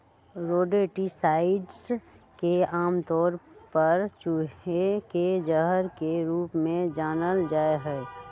rodenticides के आमतौर पर चूहे के जहर के रूप में जानल जा हई